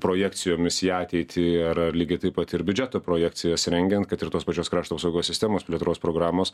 projekcijomis į ateitį ar lygiai taip pat ir biudžeto projekcijas rengiant kad ir tos pačios krašto apsaugos sistemos plėtros programos